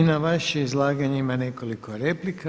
I na vaše izlaganje ima nekoliko replika.